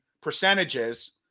percentages